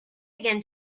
again